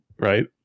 Right